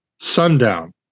sundown